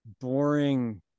boring